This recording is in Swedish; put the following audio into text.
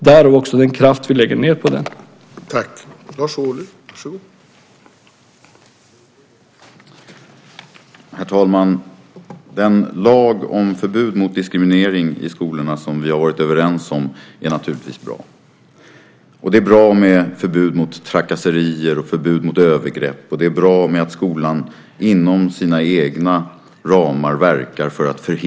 Därav den kraft vi också lägger ned på detta.